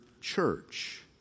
church